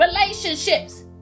relationships